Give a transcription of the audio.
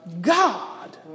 God